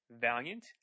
Valiant